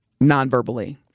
non-verbally